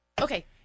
Okay